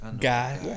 Guy